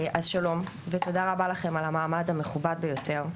אז שלום ותודה רבה לכם על המעמד המכובד ביותר,